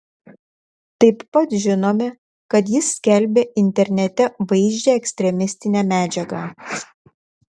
taip pat žinome kad jis skelbė internete vaizdžią ekstremistinę medžiagą